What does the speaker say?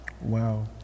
Wow